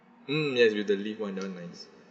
mm yes with the leaf [one] that [one] nice